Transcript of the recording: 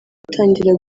atangira